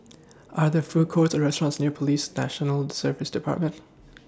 Are There Food Courts Or restaurants near Police National Service department